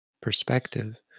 perspective